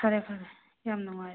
ꯐꯔꯦ ꯐꯔꯦ ꯌꯥꯝ ꯅꯨꯡꯉꯥꯏ